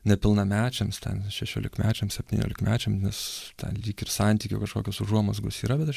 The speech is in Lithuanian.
nepilnamečiams ten šešiolikmečiams septyniolikmečiam nes ten lyg ir santykių kažkokios užuomazgos yra bet aš